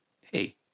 hey